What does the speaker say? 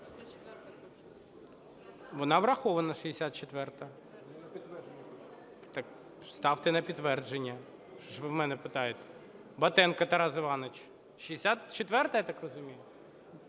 Вона врахована, 64-а. Ставте на підтвердження. Що ви в мене питаєте? Батенко Тарас Іванович. 64-а, я так розумію.